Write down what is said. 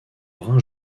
brun